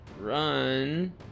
run